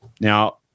Now